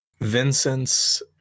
Vincent's